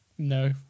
No